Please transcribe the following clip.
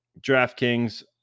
DraftKings